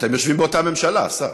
אתם יושבים באותה ממשלה, השר.